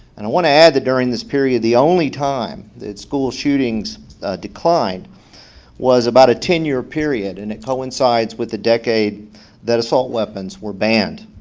and i want to add that during this. the only time that school shootings declined was about a ten year period, and it coincides with the decade that assault weapons were banned.